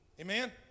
Amen